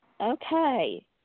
Okay